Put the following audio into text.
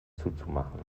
zuzumachen